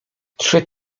czy